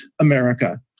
America